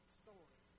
story